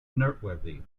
noteworthy